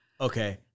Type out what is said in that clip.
Okay